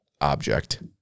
object